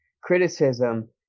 criticism